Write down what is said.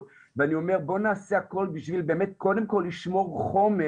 ואני אומר "..בואי נעשה הכל בשביל באמת קודם כל לשמור חומר